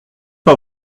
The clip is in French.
pas